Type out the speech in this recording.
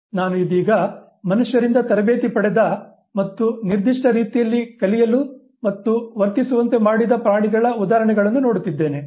ನಾನು ಇದೀಗ ಮನುಷ್ಯರಿಂದ ತರಬೇತಿ ಪಡೆದ ಮತ್ತು ನಿರ್ದಿಷ್ಟ ರೀತಿಯಲ್ಲಿ ಕಲಿಯಲು ಮತ್ತು ವರ್ತಿಸುವಂತೆ ಮಾಡಿದ ಪ್ರಾಣಿಗಳ ಉದಾಹರಣೆಗಳನ್ನು ನೋಡುತ್ತಿದ್ದೇನೆ